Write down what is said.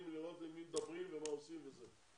לראות עם מי מדברים ומה עושים וזה.